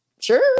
sure